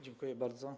Dziękuję bardzo.